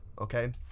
Okay